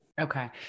Okay